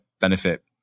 benefit